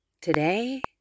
today